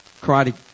karate